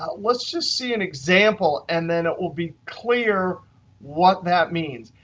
but let's just see an example and then we'll be clear what that means.